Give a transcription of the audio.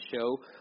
show